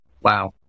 Wow